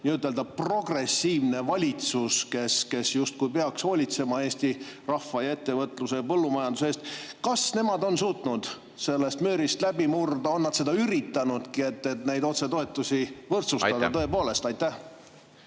progressiivne valitsus, kes justkui peaks hoolitsema Eesti rahva ja ettevõtluse eest, ka põllumajanduse eest, et nemad on suutnud sellest müürist läbi murda. On nad seda üritanudki, et otsetoetusi võrdsustada? Aitäh!